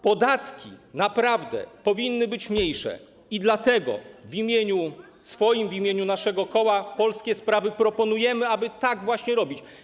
Podatki naprawdę powinny być mniejsze i dlatego w imieniu swoim, w imieniu naszego koła Polskie Sprawy proponujemy, aby tak robić.